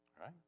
right